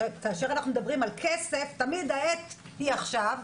כאשר אנחנו מדברים על כסף תמיד העת היא עכשיו,